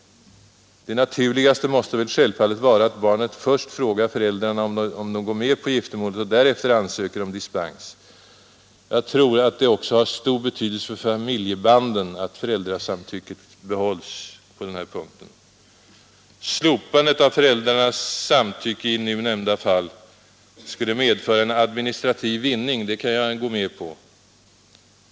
Det naturligaste måste självfallet vara att barnet först frågar föräldrarna om de går med på giftermålet och därefter ansöker om dispens. Jag tror oc å att det har stor betydelse för familjebanden att Slopandet av föräldrarnas samtycke i nu nämnda fall skulle medföra en administrativ vinning, det kan jag gå med på.